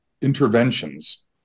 interventions